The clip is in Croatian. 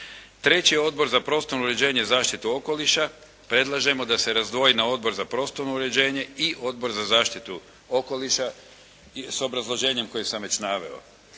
Treći je Odbor za prostorno uređenje i zaštitu okoliša, predlažemo da se razdvoji na Odbor za prostorno uređenje i Odbor za zaštitu okoliša sa obrazloženjem koje sam već naveo.